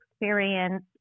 experience